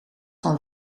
van